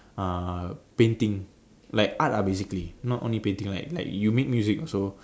uh painting like art lah basically not only painting like like you make music also